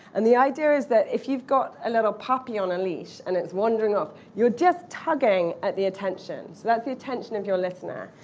and the idea is that if you've got a little puppy on a leash and it's wandering off, you're just tugging at the attention. so that's the attention of your listener.